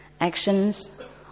actions